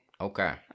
Okay